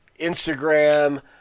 instagram